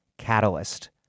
Catalyst